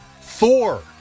Thor